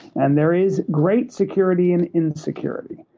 and there is great security in insecurity.